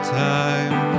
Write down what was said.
time